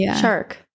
shark